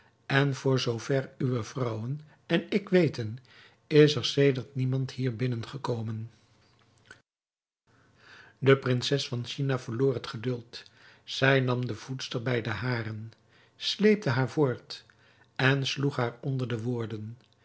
en voor zoo ver uwe vrouwen en ik weten is er sedert niemand hier binnengekomen de prinses van china verloor het geduld zij nam de voedster bij de haren sleepte haar voort en sloeg haar onder de woorden